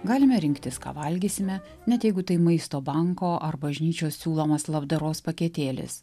galime rinktis ką valgysime net jeigu tai maisto banko ar bažnyčios siūlomas labdaros paketėlis